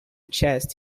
chests